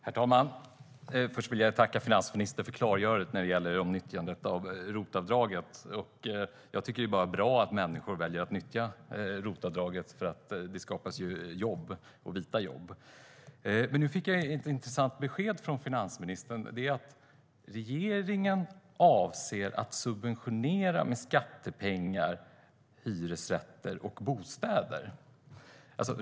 Herr talman! Först vill jag tacka finansministern för klargörandet när det gäller nyttjandet av ROT-avdraget. Det är bara bra att människor väljer att nyttja ROT-avdraget, tycker jag, eftersom det skapar jobb - vita jobb. Men nu fick jag ett intressant besked från finansministern, att regeringen avser att med skattepengar subventionera hyresrätter och andra bostäder.